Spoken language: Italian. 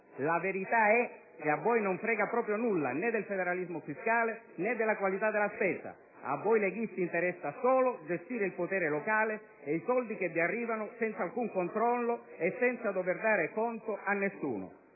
La verità è che a voi non frega proprio nulla né del federalismo fiscale né della qualità della spesa; a voi leghisti interessa solo gestire il potere locale e i soldi che vi arrivano senza alcun controllo e senza dover dare conto a nessuno.